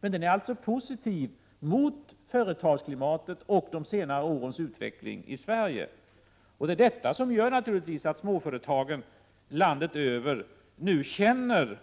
Men den är alltså positiv när det gäller företagsklimatet och de senare årens utveckling i Sverige. Det är naturligtvis detta som gör att småföretagen landet över nu känner